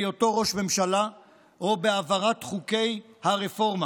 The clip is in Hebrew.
בהיותו ראש ממשלה או בהעברת חוקי הרפורמה.